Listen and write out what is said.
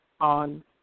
On